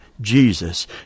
Jesus